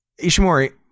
Ishimori